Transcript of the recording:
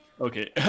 Okay